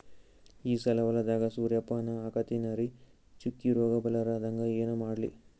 ಈ ಸಲ ಹೊಲದಾಗ ಸೂರ್ಯಪಾನ ಹಾಕತಿನರಿ, ಚುಕ್ಕಿ ರೋಗ ಬರಲಾರದಂಗ ಏನ ಮಾಡ್ಲಿ?